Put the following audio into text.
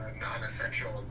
non-essential